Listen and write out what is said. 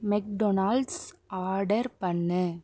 McDonald's order பண்ணு